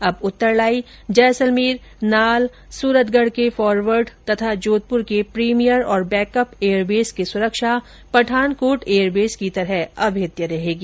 अब उत्तरलाई जैसलमेर नाल सूरतगढ के फोरवड तथा जोधपुर के प्रीमियर और बैकअप एयरबेस की सुरक्षा पठानकोट एयरबेस की तरह अभेद्य रहेगी